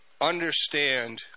understand